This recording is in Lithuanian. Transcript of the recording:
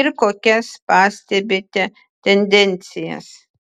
ir kokias pastebite tendencijas